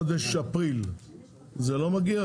חודש אפריל זה לא מגיע,